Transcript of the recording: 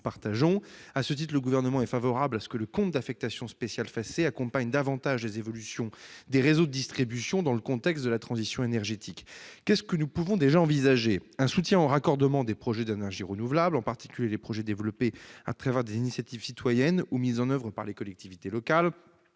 À ce titre, le Gouvernement est favorable à ce que le compte d'affectation spéciale FACÉ accompagne davantage les évolutions des réseaux de distribution dans le contexte de la transition énergétique. Que pouvons-nous déjà envisager ? Un soutien au raccordement des projets d'énergies renouvelables, en particulier les projets développés à travers des initiatives citoyennes ou mis en oeuvre par les collectivités locales